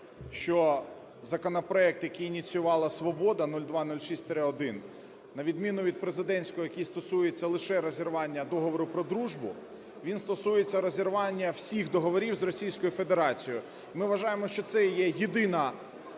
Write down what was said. що законопроект, який ініціювала "Свобода", 0206-1, на відміну від президентського, який стосується лише розірвання Договору про дружбу, він стосується розірвання всіх договорів з Російською Федерацією. Ми вважаємо, що це є єдина,